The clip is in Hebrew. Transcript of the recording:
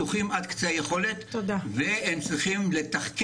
הם מתוחים עד קצה היכולת והם צריכים ל ---.